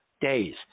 days